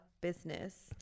business